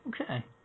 Okay